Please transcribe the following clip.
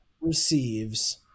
Receives